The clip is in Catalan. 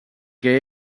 que